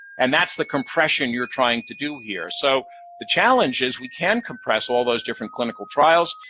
and that's the compression you're trying to do here. so the challenge is, we can compress all those different clinical trials.